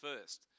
first